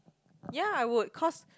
ya I would cause